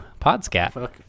Podscat